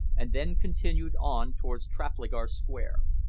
and then continued on towards trafalgar square.